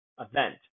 event